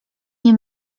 nie